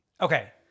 Okay